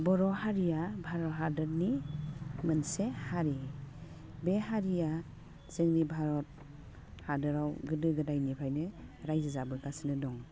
बर' हारिया भारत हादरनि मोनसे हारि बे हारिया जोंनि भारत हादोराव गोदो गोदायनिफ्रायनो रायजो जाबोगासिनो दं